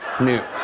news